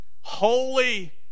holy